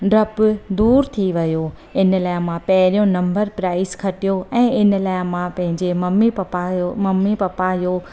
डपु दूरि थी वियो इन लाइ मां पहिरियों नम्बर प्राइज़ खटियो ऐं इन लाइ मां पंहिंजे मम्मी पप्पा जो मम्मी पप्पा जो